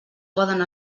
poden